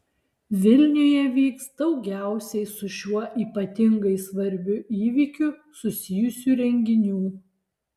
vilniuje vyks daugiausiai su šiuo ypatingai svarbiu įvykiu susijusių renginių